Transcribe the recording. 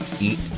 eat